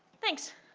thanks.